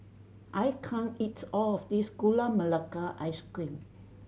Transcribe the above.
I can't eat all of this Gula Melaka Ice Cream